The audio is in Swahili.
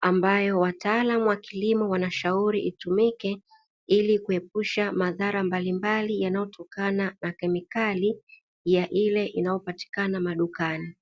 ambayo wataalamu wa kilimo wanashauri itumike ili kuepusha madhara mbalimbali, yanayotokana na kemikali ya ile inayopatikana madukani.